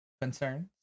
concerns